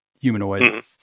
humanoid